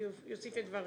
יוסיף את דבריו.